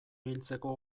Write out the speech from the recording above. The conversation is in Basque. hiltzeko